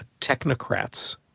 technocrats